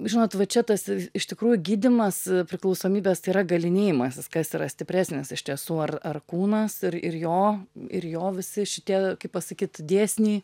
žinot va čia tas iš tikrųjų gydymas priklausomybės tai yra galynėjimasis kas yra stipresnis iš tiesų ar ar kūnas ir ir jo ir jo visi šitie kaip pasakyt dėsniai